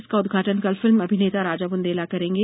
इसका उद्घाटन कल फिल्म अभिनेता राजा बुंदेला करेंगे